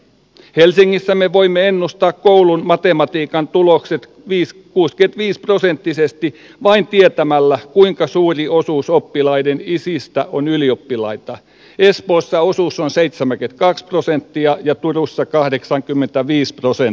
helsingistä me voimme ennustaa koulun matematiikan tulokset viis kuus mies prosenttisesti vain tietämällä kuinka suuri osuus oppilaiden isistä on ylioppilaita espoossa osuus on seitsemän keikkaa x prosenttia ja turussa kahdeksankymmentäviisi toisen